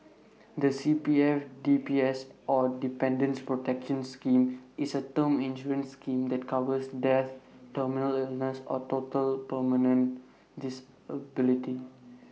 the CPF DPS or Dependants protection scheme is A term insurance scheme that covers death terminal illness or total permanent disability